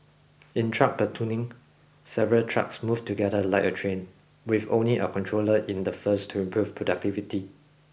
in trunk platooning several trucks move together like a train with only a controller in the first to improve productivity